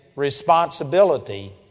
responsibility